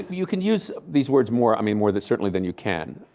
so you can use these words more i mean more than certainly than you can.